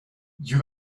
you